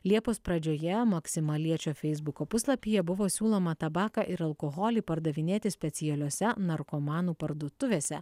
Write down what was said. liepos pradžioje maksimaliečio feisbuko puslapyje buvo siūloma tabaką ir alkoholį pardavinėti specialiose narkomanų parduotuvėse